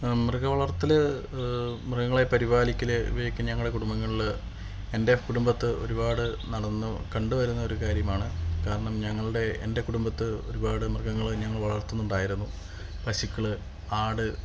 മൃഗവളർത്തല് മൃഗങ്ങളെ പരിപാലിക്കല് ഇവയൊക്കെ ഞങ്ങളുടെ കുടുംബങ്ങളില് എൻ്റെ കുടുംബത്ത് ഒരുപാട് നടന്ന് കണ്ടുവരുന്നൊരു കാര്യമാണ് കാരണം ഞങ്ങളുടെ എൻ്റെ കുടുംബത്ത് ഒരുപാട് മൃഗങ്ങളെ ഞങ്ങൾ വളർത്തുന്നുണ്ടായിരുന്നു പശുക്കള് ആട്